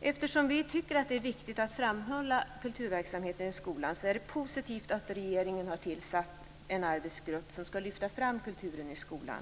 Eftersom vi tycker att det är viktigt att framhålla kulturverksamheten i skolan, är det positivt att regeringen har tillsatt en arbetsgrupp som ska lyfta fram kulturen i skolan.